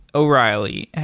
o'reilly,